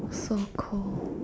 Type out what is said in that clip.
so cold